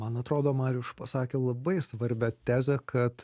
man atrodo mariuš pasakė labai svarbią tezę kad